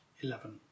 Eleven